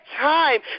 time